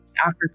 Africa